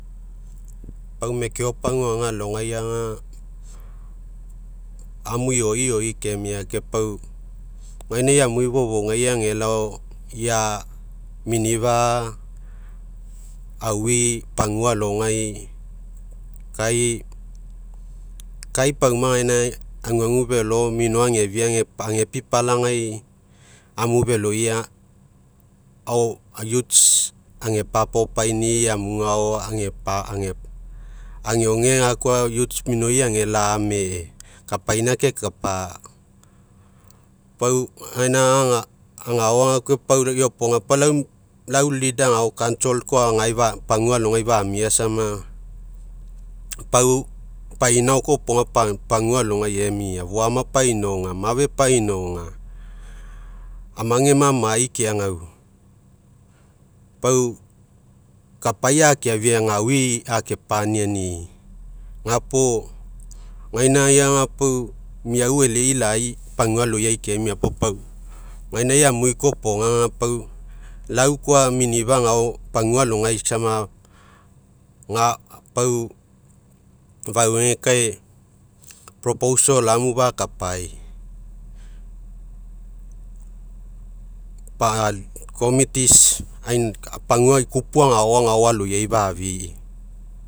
Pau mekeo paguaga alogai aga, amu ioioi kemia, ke pau egaina amui fofougai agelao ia minifa'a aui, pagua alogai kai, kai pauma gaina, aguagu velo mino ageafia age pipalagi amu veloi ao age papaopaini'i, amuga agao age age gakoa minoi agela'ame'e kapaina akekapa, pau gaina pau iopoga lau, lau lida agao koa iopaga pagua alogai famia sama, pau painao koa iopoga pagua alogai emia, foama painaoga, mafe painaoga, amge mamai keagau, pau kapai akeafia, gaui ake paniani'i, gapuo gainaiaga, pau miau eleilai, pagua aloiai kemia puo pau, gainai amui koaopoga, pau lau koa minifa'a agao, pagua sama pau fauegekae amu fakapai, pagua ikupu agao, agao aloiai fafi'i.